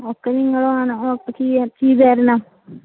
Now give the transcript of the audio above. ഒക്കെ നിങ്ങള് തന്നെ ഒക്കെ ചെയ്തുതരണം